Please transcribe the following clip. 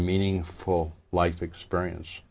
meaningful life experience